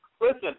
Listen